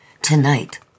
Tonight